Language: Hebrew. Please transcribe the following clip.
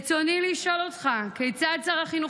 רצוני לשאול אותך: 1. כיצד שר החינוך